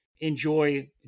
enjoy